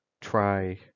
try